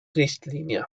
richtlinie